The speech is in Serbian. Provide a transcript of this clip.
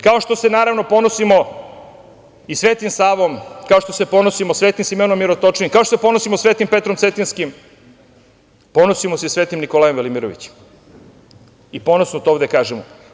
Kao što se, naravno, ponosimo i Svetim Savom, kao što se ponosimo Svetim Simeonom Mirotočivim, kao što se ponosimo Svetim Petrom Cetinjskim, ponosimo se i Svetim Nikolajem Velimirovićem i ponosno to ovde kažemo.